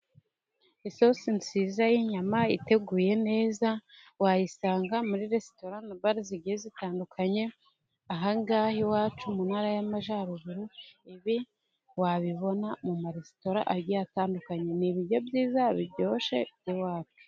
Isosi nziza y'inyama iteguye neza, wayisanga muri resitora na bare zigiye zitandukanye ahangaha iwacu mu ntara y'Amajyaruguru. Ibi wabibona mu maresitora agiye atandukanye, ni ibiryo byiza biryoshye iwacu.